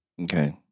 Okay